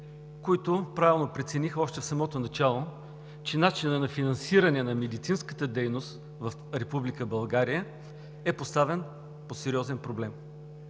които правилно прецениха още в самото начало, че начинът на финансиране на медицинската дейност в Република България е поставен пред сериозен проблем.